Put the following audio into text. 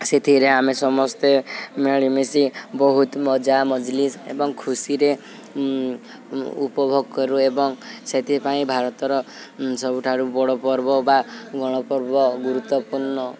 ସେଥିରେ ଆମେ ସମସ୍ତେ ମିଳିମିଶି ବହୁତ ମଜା ମଜଲିସ୍ ଏବଂ ଖୁସିରେ ଉପଭୋଗ କରୁ ଏବଂ ସେଥିପାଇଁ ଭାରତର ସବୁଠାରୁ ବଡ଼ ପର୍ବ ବା ଗଣପର୍ବ ଗୁରୁତ୍ୱପୂର୍ଣ୍ଣ